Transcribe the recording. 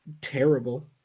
terrible